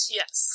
yes